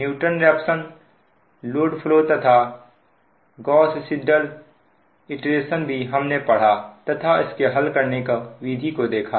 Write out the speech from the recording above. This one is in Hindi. न्यूटन रैपसन लोड फ्लो तथा गौस सिडेल भी हमने पढ़ा तथा इनके हल करने की विधि को देखा